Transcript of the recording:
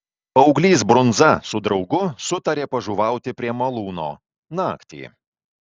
paauglys brundza su draugu sutarė pažuvauti prie malūno naktį